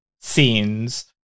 scenes